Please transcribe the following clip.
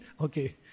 okay